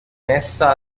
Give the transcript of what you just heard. messa